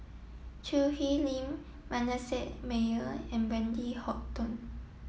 Choo Hwee Lim Manasseh Meyer and Wendy Hutton